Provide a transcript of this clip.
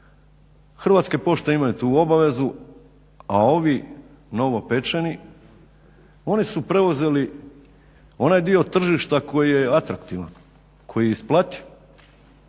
Hrvatske pošte imaju tu obavezu a ovi novopečeni oni su preuzeli onaj dio tržišta koji je atraktivan, koji je isplativ,